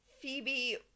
Phoebe